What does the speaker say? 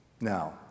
Now